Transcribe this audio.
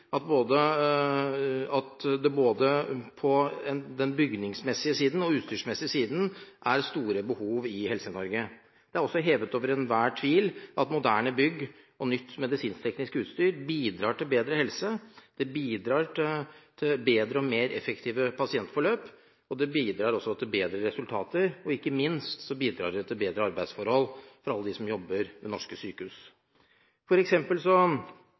det både på den bygningsmessige og på utstyrsmessige siden er store behov i Helse-Norge. Det er også hevet over enhver tvil at moderne bygg og nytt medisinskteknisk utstyr bidrar til bedre helse, bedre og mer effektive pasientforløp, bedre resultater og ikke minst bedre arbeidsforhold for alle dem som jobber ved norske sykehus.